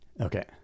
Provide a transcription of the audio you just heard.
Okay